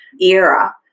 era